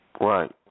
Right